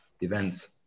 events